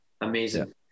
Amazing